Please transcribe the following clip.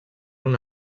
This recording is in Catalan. una